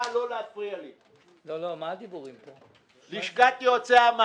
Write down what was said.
אבל לכל פקיד יש דעה.